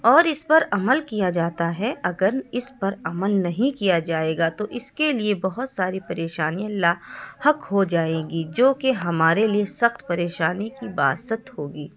اور اس پر عمل کیا جاتا ہے اگر اس پر عمل نہیں کیا جائے گا تو اس کے لیے بہت ساری پریشانیاں لا حق ہو جائیں گی جو کہ ہمارے لیے سخت پریشانی کی بات ہوگی